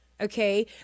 Okay